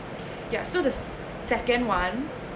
yeah so the s~ second one